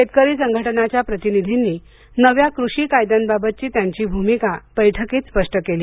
शेतकरी संघटनांच्या प्रतिनिधींनी नव्या कृषी कायद्यांबाबतची त्यांची भूमिका बैठकीत स्पष्ट केली